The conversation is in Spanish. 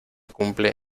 cumple